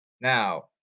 Now